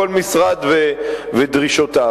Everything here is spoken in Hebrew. כל משרד ודרישותיו.